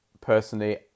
personally